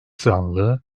zanlı